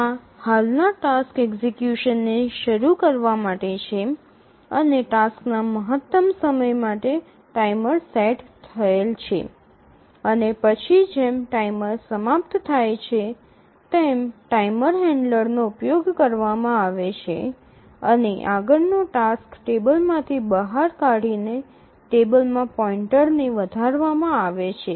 આ હાલના ટાસ્ક એક્ઝિકયુશનને શરૂ કરવા માટે છે અને ટાસ્કના મહત્તમ સમય માટે ટાઇમર સેટ થયેલ છે અને પછી જેમ ટાઇમર સમાપ્ત થાય છે તેમ ટાઇમર હેન્ડલરનો ઉપયોગ કરવામાં આવે છે અને આગળનો ટાસ્ક ટેબલમાંથી બહાર કાઢીને ટેબલ માં પોઇન્ટર ને વધારવામાં આવે છે